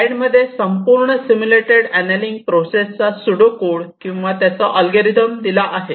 स्लाइडमध्ये संपूर्ण simulated annealing प्रोसेसचा सूडोकोड किंवा त्याचा ऍलगोरिदम दिला आहे